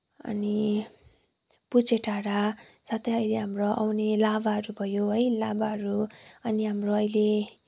अनि पुजे डाँडा साथै अहिले हाम्रो आउने लाभाहरू भयो है लाभाहरू अनि हाम्रो अहिले